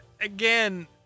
Again